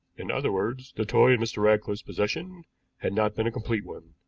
in other words, the toy in mr. ratcliffe's possession had not been a complete one.